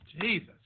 Jesus